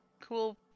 cool